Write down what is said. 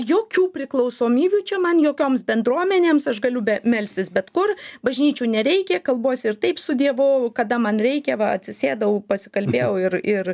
jokių priklausomybių čia man jokioms bendruomenėms aš galiu be melstis bet kur bažnyčių nereikia kalbuosi ir taip su dievu kada man reikia va atsisėdau pasikalbėjau ir ir